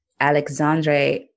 Alexandre